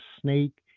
snake